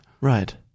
Right